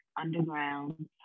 underground